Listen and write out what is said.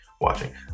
watching